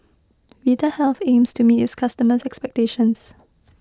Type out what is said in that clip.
Vitahealth aims to meet its customers' expectations